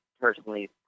personally